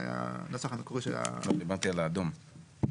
אני ביקשתי לראות את ההגדרות של תחום ההשפעה,